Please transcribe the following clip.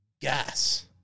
Gas